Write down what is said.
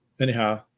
Anyhow